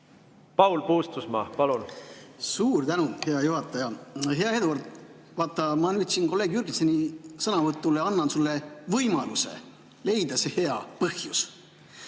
Paul Puustusmaa, palun! Suur tänu, hea juhataja! Hea Eduard! Vaata, ma nüüd siin kolleeg Jürgensteini sõnavõtu peale annan sulle võimaluse leida see hea põhjus.